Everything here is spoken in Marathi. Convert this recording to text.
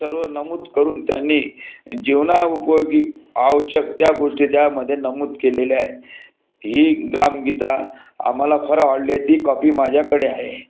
हे सर्व नमूद करून त्यांनी जीवना उपयोगी आवश्यक त्या गोष्टी त्यामध्ये नमूद केलेल्या आहे ही ग्रामगीता आम्हाला फार आवडली आहे ती कॉपी माझ्याकडे आहे